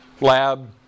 lab